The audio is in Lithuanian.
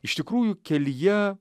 iš tikrųjų kelyje